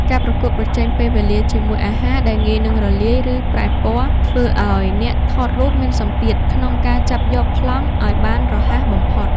ការប្រកួតប្រជែងពេលវេលាជាមួយអាហារដែលងាយនឹងរលាយ ឬប្រែពណ៌ ធ្វើឱ្យអ្នកថតរូបមានសម្ពាធក្នុងការចាប់យកប្លង់ឱ្យបានរហ័សបំផុត។